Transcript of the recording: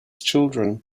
children